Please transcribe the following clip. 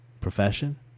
profession